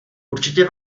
určitě